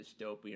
dystopian